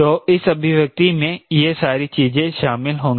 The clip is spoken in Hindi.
तो इस अभिव्यक्ति में ये सारी चीजें शामिल होंगी